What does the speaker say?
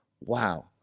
Wow